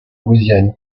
louisiane